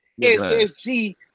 SSG